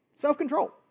Self-control